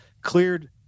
cleared